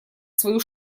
свою